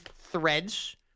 threads